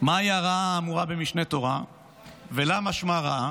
"דאה והיא האמורה במשנה תורה"; ולמה שמה ראה?